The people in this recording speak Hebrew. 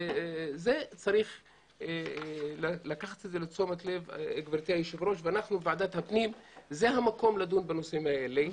את זה צריך לקחת לתשומת לב וועדת הפנים היא המקום לדון בנושאים האלה.